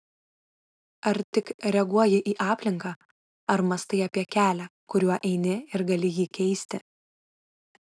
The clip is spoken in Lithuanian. ar tik reaguoji į aplinką ar mąstai apie kelią kuriuo eini ir gali jį keisti